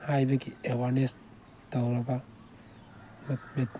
ꯍꯥꯏꯕꯒꯤ ꯑꯦꯋꯥꯔꯅꯦꯁ ꯇꯧꯔꯕ